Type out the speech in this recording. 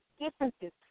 differences